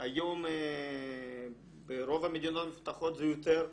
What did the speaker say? היום ברוב המדינות המפותחות זה יותר,